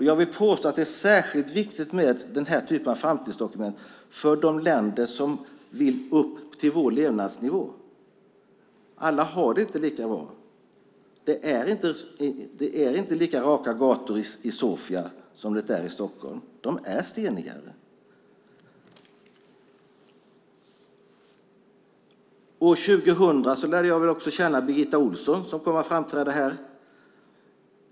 Jag vill påstå att det är särskilt viktigt med den här typen av framtidsdokument för de länder som vill upp till vår levnadsnivå. Alla har det inte lika bra. Det är inte lika raka gator i Sofia som det är i Stockholm. De är stenigare. År 2000 lärde jag också känna Birgitta Ohlsson, som kommer att framträda här.